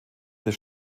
des